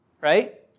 right